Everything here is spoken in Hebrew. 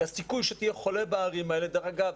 כי הסיכוי שתהיה חולה בערים האלה דרך אגב,